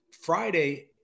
Friday